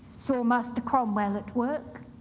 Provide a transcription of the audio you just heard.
saw master cromwell at work,